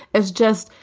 it's just.